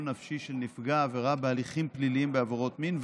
נפשי של נפגע עבירה בהליכים פליליים בעבירות מין,